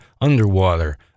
underwater